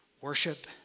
worship